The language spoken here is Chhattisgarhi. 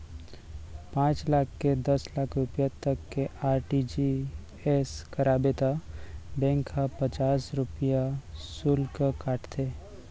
पॉंच लाख ले दस लाख रूपिया तक के आर.टी.जी.एस कराबे त बेंक ह पचास रूपिया सुल्क काटथे